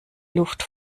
luft